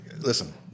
Listen